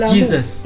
Jesus